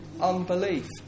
unbelief